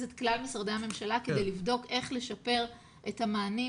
את כלל משרדי הממשלה כדי לבדוק איך לשפר את המענים,